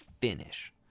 finish